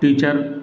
teacher